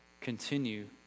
continue